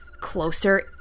closer